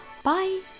Bye